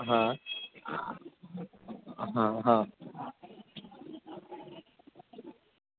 હા હા